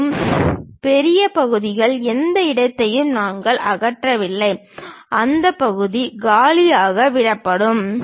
மேலும் பெரிய பகுதிகள் எந்த இடத்தையும் நாங்கள் அகற்றவில்லை அந்த பகுதி காலியாக விடப்படும்